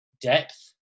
depth